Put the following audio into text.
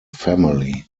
family